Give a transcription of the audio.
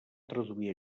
traduir